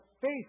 faith